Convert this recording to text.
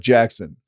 Jackson